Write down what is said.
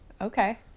Okay